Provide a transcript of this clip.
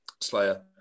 Slayer